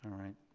alright.